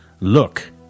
Look